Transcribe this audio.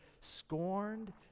scorned